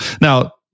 Now